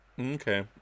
okay